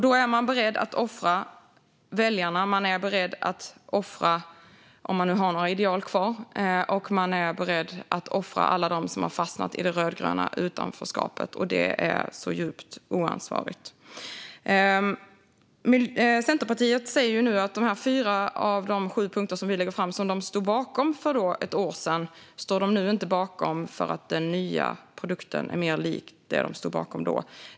Då är man beredd att offra väljarna. Man är beredd att offra sina ideal, om man nu har några kvar. Man är beredd att offra alla dem som har fastnat i det rödgröna utanförskapet. Det är djupt oansvarigt. Centerpartiet säger nu att dessa fyra av sju punkter som vi lägger fram, som de stod bakom för ett år sedan, står de nu inte bakom för att den nya produkten är mer lik det de stod bakom då.